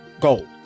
Gold